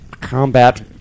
combat